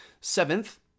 Seventh